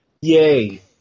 Yay